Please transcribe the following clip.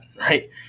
right